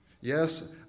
Yes